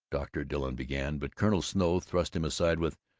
dr. dilling began, but colonel snow thrust him aside with,